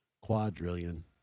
quadrillion